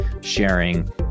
sharing